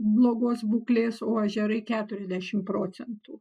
blogos būklės o ežerai keturiasdešim procentų